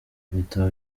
ibitabo